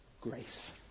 grace